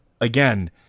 again